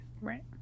right